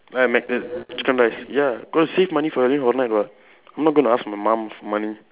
uh chicken rice ya got to save money for Halloween horror night what I'm not going to ask my mom for money